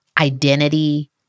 identity